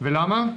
ולמה?